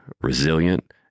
resilient